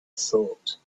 thought